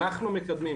אנחנו מקדמים,